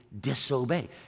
disobey